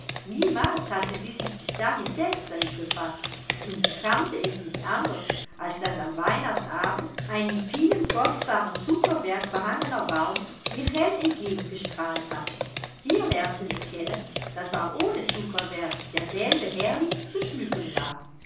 niemals hatte sie sich bis dahin selbst damit befaßt und sie kannte es nicht anders als daß am weihnachtsabend ein mit vielem kostbaren zuckerwerk behangener baum ihr hell entgegengestrahlt hatte hier lernte sie kennen daß auch ohne zuckerwerk derselbe herrlich zu schmücken war